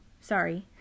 sorry